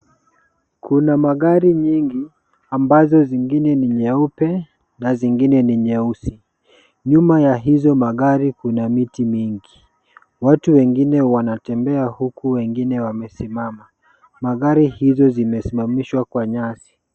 Kuna magari nyingi ambazo zingine ni nyeupe na zingine ni nyeusi. Nyuma ya hizo magari kuna miti mingi. Watu wengine wanatembea huku wengine wamesimama. Magari hizo zimesimamishwa kwa nyasi.